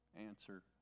answer